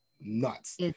nuts